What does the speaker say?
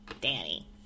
Danny